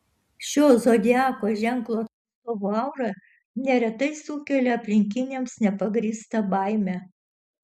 šio zodiako ženklo atstovų aura neretai sukelia aplinkiniams nepagrįstą baimę